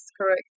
correct